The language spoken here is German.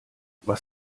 was